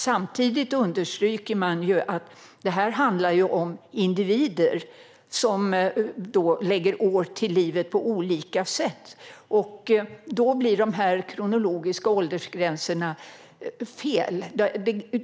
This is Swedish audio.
Samtidigt understryks att detta handlar om individer som lägger år till livet på olika sätt, och då blir de kronologiska åldersgränserna fel.